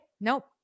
nope